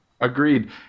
Agreed